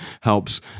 helps